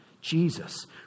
Jesus